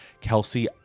Kelsey